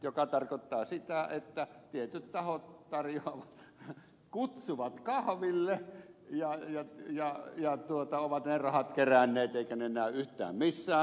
se tarkoittaa sitä että tietyt tahot tarjoavat kutsuvat kahville ja ovat ne rahat keränneet eivätkä ne rahat näy yhtään missään